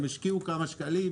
הם השקיעו כמה שקלים.